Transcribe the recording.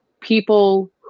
people